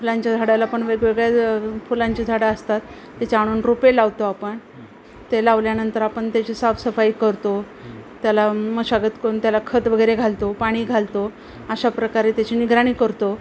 फुलांच्या झाडाला पण वेगवेगळ्या ज फुलांची झाडं असतात त्याच्या आणून रोपे लावतो आपण ते लावल्यानंतर आपण त्याची साफसफाई करतो त्याला मशागत करून त्याला खत वगैरे घालतो पाणी घालतो अशा प्रकारे त्याची निगराणी करतो